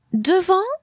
Devant